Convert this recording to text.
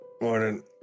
Morning